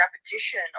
repetition